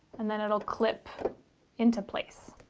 and then it'll clip into place.